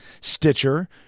Stitcher